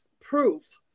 proof